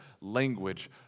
language